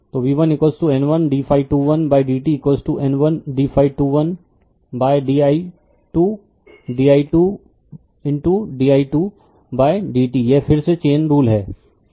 तो v1 N 1 ddt N 1ddi2di2di2 by dt यह फिर से चैन रुल हैं